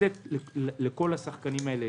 לתת לכל השחקנים האלה